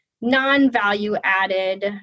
non-value-added